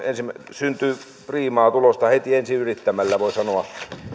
syntyy priimaa tulosta heti ensi yrittämällä voi sanoa